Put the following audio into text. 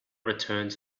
returned